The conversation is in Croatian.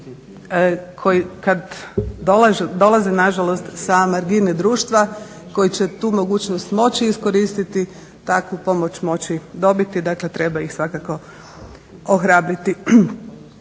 koji kada dolaze nažalost sa margine društva koji će tu mogućnost moći iskoristiti, takvu pomoć moći dobiti. Dakle, treba ih svakako ohrabriti.